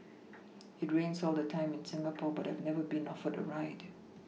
it rains all the time in Singapore but I've never been offered a ride